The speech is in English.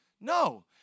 No